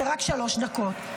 זה רק שלוש דקות.